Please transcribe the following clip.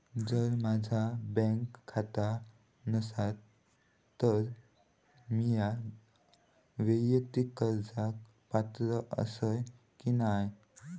जर माझा बँक खाता नसात तर मीया वैयक्तिक कर्जाक पात्र आसय की नाय?